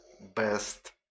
best